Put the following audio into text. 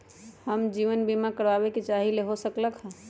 हम जीवन बीमा कारवाबे के चाहईले, हो सकलक ह?